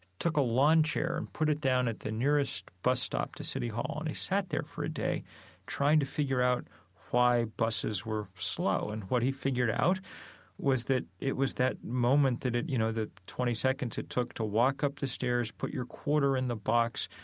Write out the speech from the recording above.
took a lawn chair and put it down at the nearest bus stop to city hall, and he sat there for a day trying to figure out why buses were slow. and what he figured out was that it was that moment that, you know, the twenty seconds it took to walk up the stairs, put your quarter in the box,